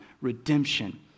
Redemption